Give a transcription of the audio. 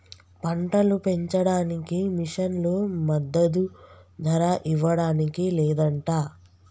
పంటలు పెంచడానికి మిషన్లు మద్దదు ధర ఇవ్వడానికి లేదంట